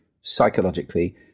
psychologically